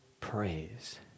praise